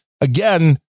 again